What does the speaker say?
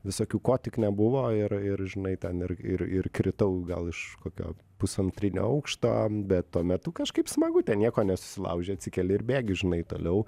visokių ko tik nebuvo ir ir žinai ten ir ir ir kritau gal iš kokio pusantrinio aukšto bet tuo metu kažkaip smagu ten nieko nesusilaužei atsikeli ir bėgi žinai toliau